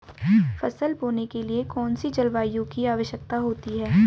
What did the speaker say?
फसल बोने के लिए कौन सी जलवायु की आवश्यकता होती है?